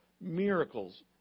miracles